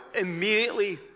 immediately